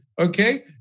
okay